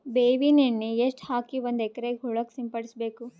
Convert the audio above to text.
ಬೇವಿನ ಎಣ್ಣೆ ಎಷ್ಟು ಹಾಕಿ ಒಂದ ಎಕರೆಗೆ ಹೊಳಕ್ಕ ಸಿಂಪಡಸಬೇಕು?